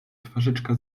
twarzyczka